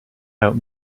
out